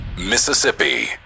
Mississippi